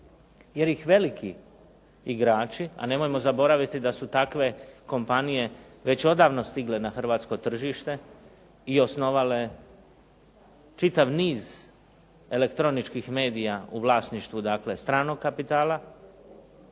jer ih veliki igrači, a nemojmo zaboraviti da su takve kompanije već odavno stigle na hrvatsko tržište i osnovale čitav niz elektroničkih medija u vlasništvu dakle stranog kapitala,